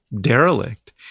derelict